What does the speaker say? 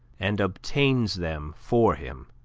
and obtains them for him